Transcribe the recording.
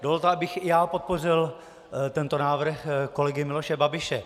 Dovolte, abych i já podpořil tento návrh kolegy Miloše Babiše.